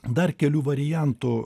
dar kelių variantų